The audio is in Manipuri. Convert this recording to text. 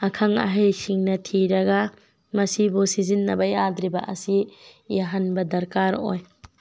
ꯑꯈꯪ ꯑꯍꯩꯁꯤꯡꯅ ꯊꯤꯔꯒ ꯃꯁꯤꯕꯨ ꯁꯤꯖꯤꯟꯅꯕ ꯌꯥꯗ꯭ꯔꯤꯕ ꯑꯁꯤ ꯌꯥꯍꯟꯕ ꯗꯔꯀꯥꯔ ꯑꯣꯏ